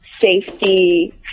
safety